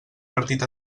partit